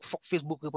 Facebook